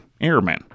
airmen